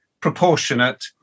proportionate